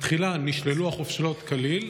בתחילה נשללו החופשות כליל,